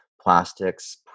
plastics